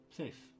safe